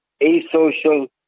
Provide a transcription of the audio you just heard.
asocial